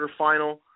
quarterfinal